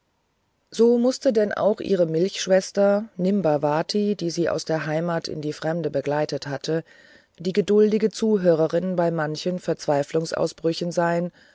so mußte denn auch ihre milchschwester nimbavati die sie aus der heimat in die fremde begleitet hatte die geduldige zuhörerin bei manchen verzweiflungsausbrüchen sein